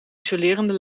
isolerende